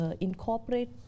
incorporate